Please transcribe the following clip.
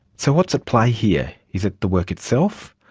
so what's at play here? is it the work itself,